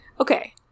Okay